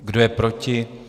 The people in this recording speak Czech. Kdo je proti?